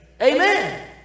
Amen